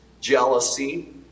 jealousy